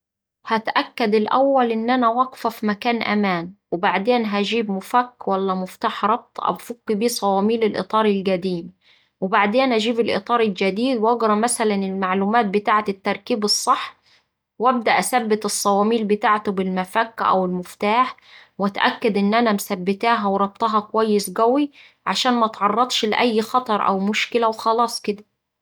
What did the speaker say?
هتأكد الأول إني واقفة في مكان أمان، وبعدين هجيب مفك ولا مفتاح ربط أفك بيه صواميل الإطار القديم، وبعدين أجيب الإطار الجديد وأقرا مثلا المعلومات بتاعة التركيب الصح وأبدأ أثبت الصواميل بتاعته بالمفك أو المفتاح وأتأكد إن أنا مثبتاها وربطاها كويس قوي عشان متعرضش لأي خطر أو مشكلة وخلاص كدا.